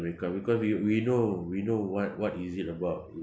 make up because we we know we know what what is it about